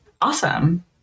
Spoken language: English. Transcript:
Awesome